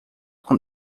com